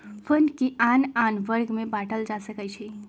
fund के आन आन वर्ग में बाटल जा सकइ छै